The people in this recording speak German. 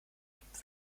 gibt